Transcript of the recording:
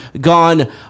gone